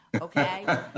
Okay